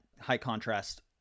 high-contrast